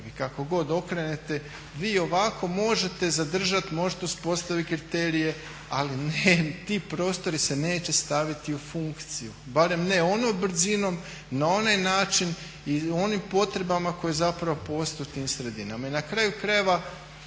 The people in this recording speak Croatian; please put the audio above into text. Kako god okrenete, vi ovako možete zadržati, možete uspostaviti kriterije ali ti prostori se neće staviti u funkciju. Barem ne onom brzinom i na onaj način i onim potrebama koje zapravo postoje u tim sredinama.